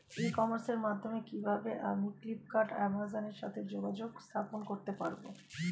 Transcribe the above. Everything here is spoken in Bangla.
ই কমার্সের মাধ্যমে কিভাবে আমি ফ্লিপকার্ট অ্যামাজন এর সাথে যোগাযোগ স্থাপন করতে পারব?